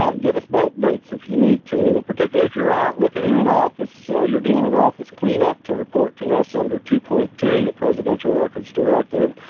give us bulk dates if you need to, particularly if you're out looking in an office, you're doing an office clean up to report to us under two point two, the presidential records directive,